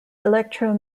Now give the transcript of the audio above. electro